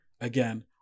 Again